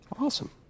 Awesome